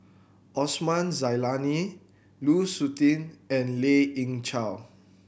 Osman Zailani Lu Suitin and Lien Ying Chow